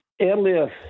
earlier